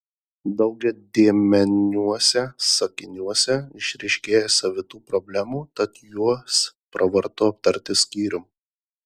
daugiadėmeniuose sakiniuose išryškėja savitų problemų tad juos pravartu aptarti skyrium